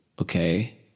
okay